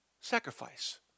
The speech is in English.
sacrifice